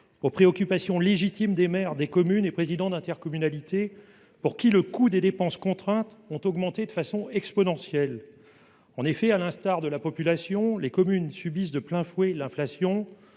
aux préoccupations légitimes des maires et des présidents d'intercommunalités, pour qui le coût des dépenses contraintes a augmenté de manière exponentielle. En effet, à l'instar de la population, les communes subissent de plein fouet l'inflation